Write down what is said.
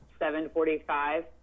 7.45